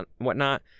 whatnot